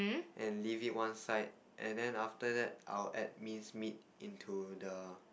and leave it one side and then after that I would add mince meat into the